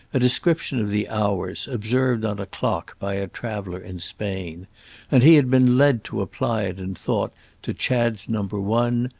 a description of the hours, observed on a clock by a traveller in spain and he had been led to apply it in thought to chad's number one,